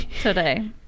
today